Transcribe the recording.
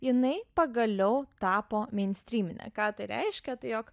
jinai pagaliau tapo meinstryminė ką tai reiškia tai jog